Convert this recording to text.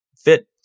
fit